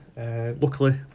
luckily